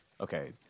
Okay